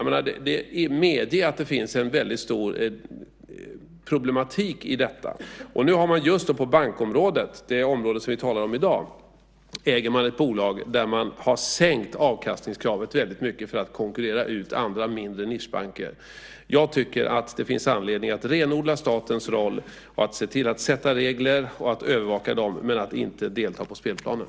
Medge att det finns en väldigt stor problematik i detta! På bankområdet, det område som vi talar om i dag, äger man ett bolag som har sänkt avkastningskravet väldigt mycket för att konkurrera ut andra mindre nischbanker. Jag tycker att det finns anledning att renodla statens roll, att se till att sätta regler och övervaka dem men inte delta på spelplanen.